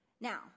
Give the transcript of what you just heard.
Now